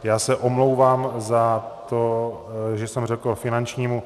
Já se omlouvám za to, že jsem řekl finančnímu.